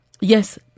yes